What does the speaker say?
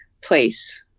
place